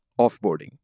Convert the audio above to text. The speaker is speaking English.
Offboarding